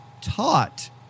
taught